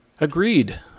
Agreed